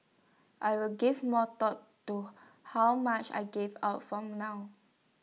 I will give more thought to how much I give out from now